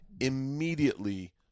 immediately